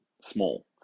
small